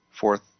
fourth